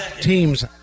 team's